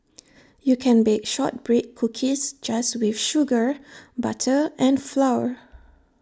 you can bake Shortbread Cookies just with sugar butter and flour